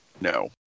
No